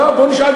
לא, בוא נשאל.